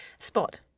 Spot